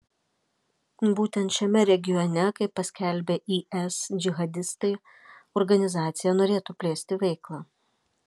būtent šiame regione kaip paskelbė is džihadistai organizacija norėtų plėsti veiklą